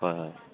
হয় হয়